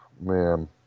man